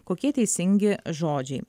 kokie teisingi žodžiai